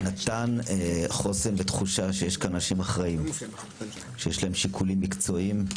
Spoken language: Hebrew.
נתן חוסן ותחושה שיש כאן אנשים אחראים שיש להם שיקולים מקצועיים.